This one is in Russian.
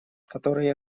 которые